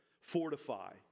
Fortify